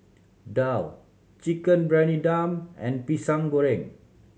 daal Chicken Briyani Dum and Goreng Pisang